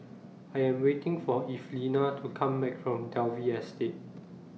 I Am waiting For Evelina to Come Back from Dalvey Estate